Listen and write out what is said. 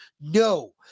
No